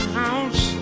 house